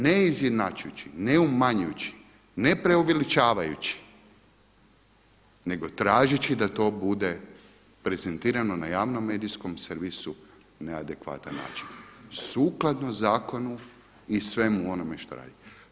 Ne izjednačujući, ne umanjujući, ne preuveličavajući nego tražeći da to bude prezentirano na javnom medijskom servisu na adekvatan način sukladno zakonu i svemu onome što radi.